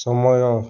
ସମୟ